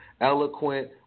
Eloquent